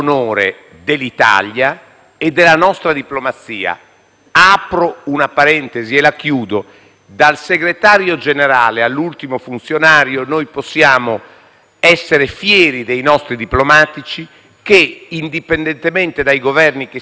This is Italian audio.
Apro una parentesi e la chiudo: dal segretario generale all'ultimo funzionario, possiamo essere fieri dei nostri diplomatici, che, indipendentemente dai Governi che si susseguono, fanno un lavoro serio nell'interesse del Paese.